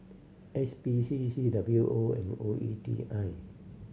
S P C C W O and O E T I